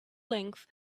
length